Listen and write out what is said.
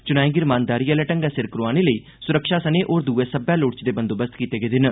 च्नाएं गी रमानदारी आहले ढंग्गै सिर करोआने लेई सुरक्षा सने होर दुए सब्बै लोड़चदे बंदोबस्त कीते गेदे न